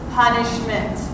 punishment